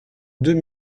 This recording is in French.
deux